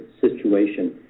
situation